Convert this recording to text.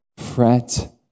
fret